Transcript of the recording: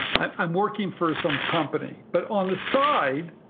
i'm i'm working for some company but on the side,